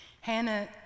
Hannah